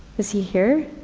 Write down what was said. is he here?